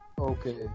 okay